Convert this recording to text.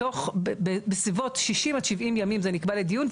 בתוך בסביבות 60 עד 70 ימים זה נקבע לדיון.